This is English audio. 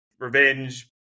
Revenge